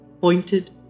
pointed